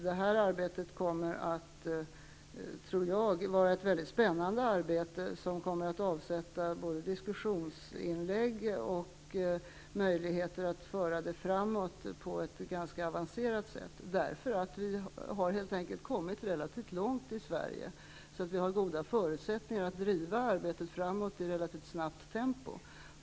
Det här kommer, tror jag, att vara ett mycket spännande arbete, som kommer att avsätta diskussionsinlägg, och det kommer att ges möjligheter att föra det framåt på ett ganska avancerat sätt -- vi har helt enkelt kommit relativt långt i Sverige och har goda förutsättningar att driva arbetet framåt i relativt snabbt tempo.